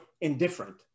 indifferent